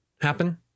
happen